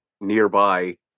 nearby